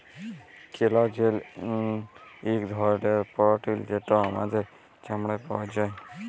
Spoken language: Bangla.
কোলাজেল ইক ধরলের পরটিল যেট আমাদের চামড়ায় পাউয়া যায়